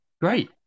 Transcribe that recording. Great